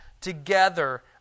together